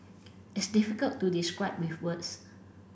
it's difficult to describe with words